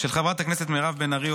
של חברת הכנסת מירב בן ארי,